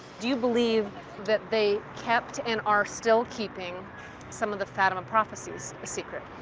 do you believe that they kept and are still keeping some of the fatima prophecies a secret?